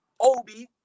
Obi